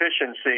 efficiency